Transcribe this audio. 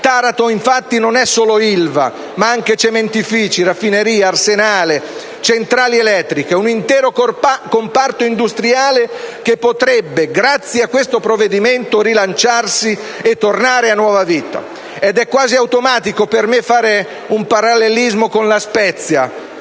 Taranto, infatti, non è solo Ilva, ma anche cementifici, raffineria, arsenale, centrali elettriche: un intero comparto industriale che, grazie al provvedimento in esame, potrebbe rilanciarsi e tornare a nuova vita. È quasi automatico per me fare una parallelismo con La Spezia,